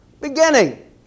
beginning